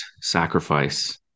sacrifice